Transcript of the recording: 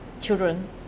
children